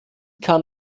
kann